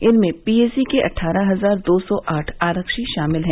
इनमें पीएसी के अट्ठारह हजार दो सौ आठ आरक्षी शामिल है